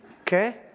Okay